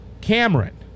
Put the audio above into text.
Cameron